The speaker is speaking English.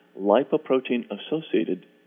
lipoprotein-associated